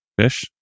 fish